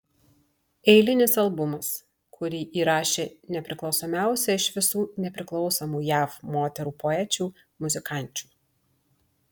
eilinis albumas kurį įrašė nepriklausomiausia iš visų nepriklausomų jav moterų poečių muzikančių